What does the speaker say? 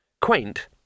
Quaint